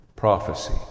prophecy